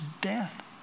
death